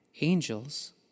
angels